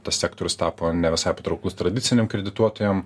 tas sektorius tapo ne visai patrauklus tradiciniam kredituojam